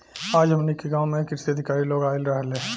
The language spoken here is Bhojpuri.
आज हमनी के गाँव में कृषि अधिकारी लोग आइल रहले